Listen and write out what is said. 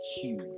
huge